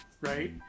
Right